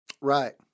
Right